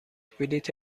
بلیت